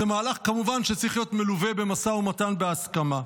כמובן שזה מהלך שצריך להיות מלווה במשא ומתן בהסכמה.